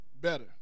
better